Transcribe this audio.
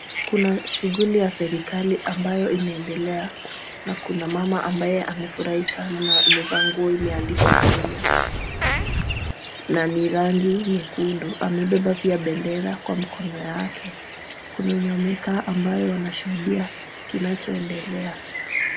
Kuna shughuli ya serikali ambayo inaendelea na kuna mama ambaye amefurahi sana na amevaa nguo imeandikwa Kenya na ni ya rangi nyekundu, amebeba pia bendera kwa mkono wake. Kuna wenye wamekaa ambao wanashuhudia kinachoendelea.